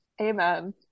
Amen